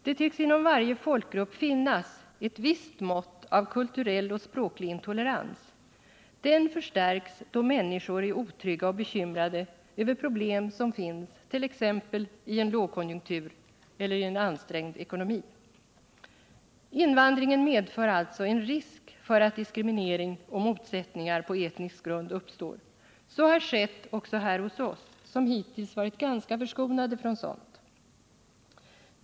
Det tycks inom varje folkgrupp finnas ett visst mått av kulturell och språklig intolerans. Den förstärks då människor är otrygga och bekymrade över problem som finns, t.ex. i en lågkonjunktur eller i en ansträngd ekonomi. Invandringen medför också en risk för att diskriminering och motsättningar på etnisk grund uppstår. Så har skett också här hos oss, som hittills varit ganska förskonade från sådant.